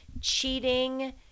cheating